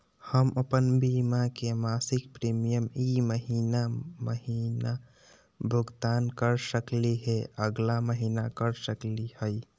हम अप्पन बीमा के मासिक प्रीमियम ई महीना महिना भुगतान कर सकली हे, अगला महीना कर सकली हई?